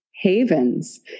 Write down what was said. havens